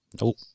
Nope